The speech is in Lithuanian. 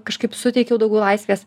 kažkaip suteikiau daugiau laisvės